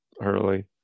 Hurley